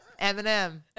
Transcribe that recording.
Eminem